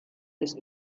des